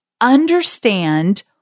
understand